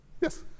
Yes